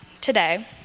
today